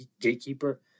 gatekeeper